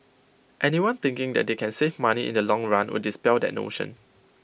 anyone thinking that they can save money in the long run would dispel that notion